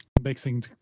mixing